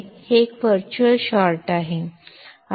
तर एक virtual short आहे